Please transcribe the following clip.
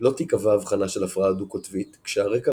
לא תיקבע אבחנה של הפרעה דו-קוטבית כשהרקע